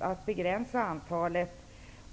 Är det att begränsa antalet